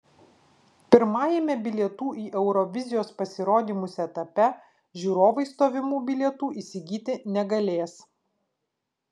pirmajame bilietų į eurovizijos pasirodymus etape žiūrovai stovimų bilietų įsigyti negalės